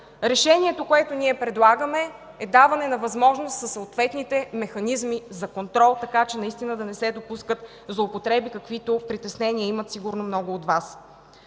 Решението, което предлагаме, е даване на възможност със съответните механизми за контрол, така че наистина да не се допускат злоупотреби, каквито притеснения имат сигурно много от Вас.